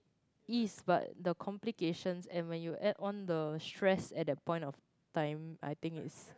is but the complications and when you add on the stress at that point of time I think its